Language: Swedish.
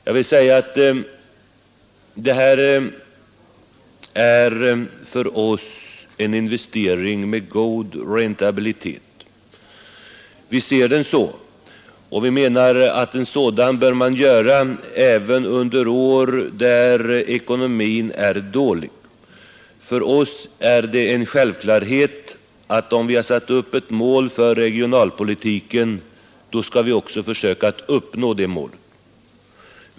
Jag vill säga att för oss är detta en investering med god räntabilitet, och vi menar att en sådan bör man göra även under år då ekonomin är dålig. För oss är det en självklarhet att om man har satt upp ett mål för regionalpolitiken skall man också försöka uppnå det målet.